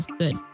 good